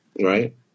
right